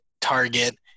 target